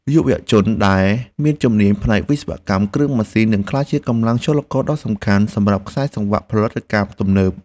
យុវជនដែលមានជំនាញផ្នែកវិស្វកម្មគ្រឿងម៉ាស៊ីននឹងក្លាយជាកម្លាំងចលករដ៏សំខាន់សម្រាប់ខ្សែសង្វាក់ផលិតកម្មទំនើប។